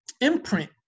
imprint